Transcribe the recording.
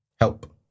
help